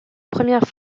première